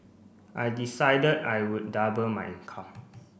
I decided I would double my income